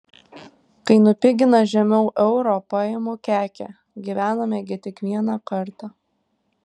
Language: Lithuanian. kai nupigina žemiau euro paimu kekę gyvename gi tik vieną kartą